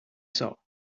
saw